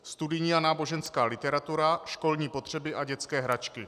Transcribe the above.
Studijní a náboženská literatura, školní potřeba a dětské hračky.